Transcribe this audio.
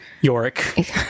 Yorick